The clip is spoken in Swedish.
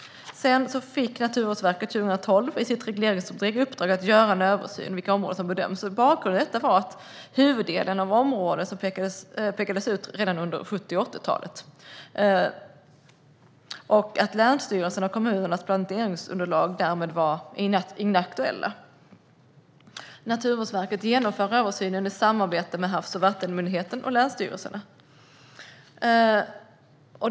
Sedan fick Naturvårdsverket 2012 i sitt regleringsbrev i uppdrag att göra en översyn av de områden som bedöms som riksintressen. Bakgrunden till detta var att huvuddelen av dessa områden pekades ut redan under 1970-1980-talen och att länsstyrelsernas och kommunernas planeringsunderlag därmed var inaktuella. Naturvårdsverket genomför översynen i samarbete med Havs och vattenmyndigheten och länsstyrelserna.